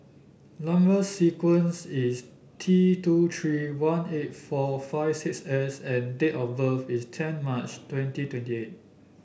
number sequence is T two three one eight four five six S and date of birth is ten March twenty twenty eight